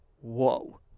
whoa